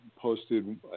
posted